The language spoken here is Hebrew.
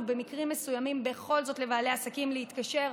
במקרים מסוימים בכל זאת לבעלי העסקים להתקשר,